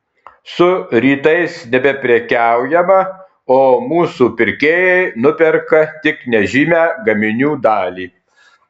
su rytais nebeprekiaujama o mūsų pirkėjai nuperka tik nežymią gaminių dalį